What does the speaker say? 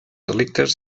delictes